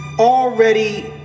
already